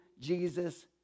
Jesus